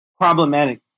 problematic